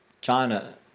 China